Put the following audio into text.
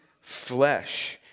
flesh